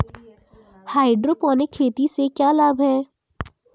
Hydroponic खेती से क्या लाभ हैं?